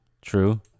True